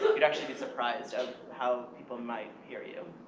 you'd actually be surprised of how people might hear you.